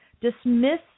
Dismiss